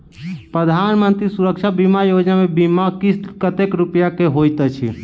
प्रधानमंत्री सुरक्षा बीमा योजना मे बीमा किस्त कतेक रूपया केँ होइत अछि?